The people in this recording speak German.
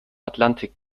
atlantik